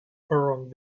around